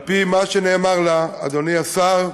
על-פי מה שנאמר לה, אדוני השר,